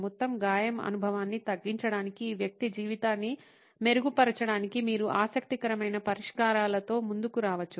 మొత్తం గాయం అనుభవాన్ని తగ్గించడానికి ఈ వ్యక్తి జీవితాన్ని మెరుగుపరచడానికి మీరు ఆసక్తికరమైన పరిష్కారాలతో ముందుకు రావచ్చు